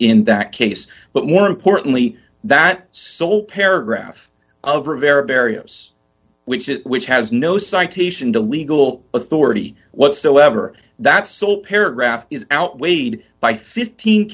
in that case but more importantly that sole paragraph of rivera barrios which is which has no citation to legal authority whatsoever that so paragraph is outweighed by fifteen